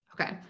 Okay